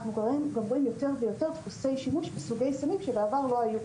אנחנו גם רואים יותר ויותר דפוסי שימוש בסוגי שימוש שבעבר לא היו,